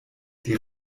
die